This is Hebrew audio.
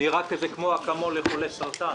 זה נראה כמו אקמול לחולי סרטן.